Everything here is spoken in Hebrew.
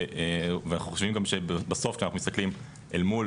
ואנחנו חושבים גם שבסוף כשאנחנו מסתכלים אל מול